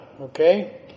okay